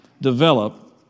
develop